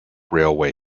railway